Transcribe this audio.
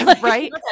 Right